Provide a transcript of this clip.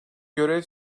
görev